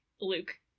Luke